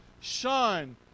shine